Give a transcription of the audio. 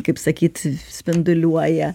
kaip sakyt spinduliuoja